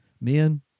Men